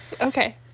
Okay